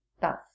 Thus